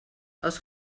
els